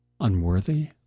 unworthy